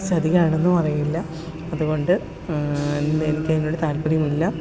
എന്ത് ചതിയാണെന്നും അറിയില്ല അതുകൊണ്ട് എനിക്കതിനോട് താല്പ്പര്യമില്ല